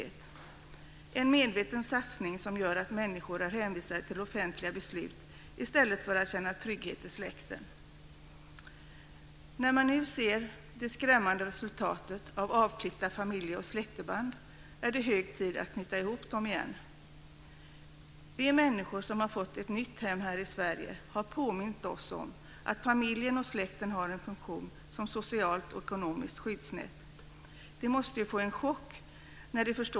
Detta är en medveten satsning som gör att människor är hänvisade till offentliga beslut i stället för att känna trygghet i släkten. När man nu ser det skrämmande resultatet av avklippta familje och släktband, är det hög tid att knyta ihop dem igen.